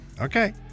Okay